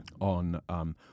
on